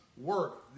work